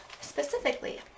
specifically